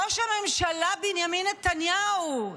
ראש הממשלה בנימין נתניהו,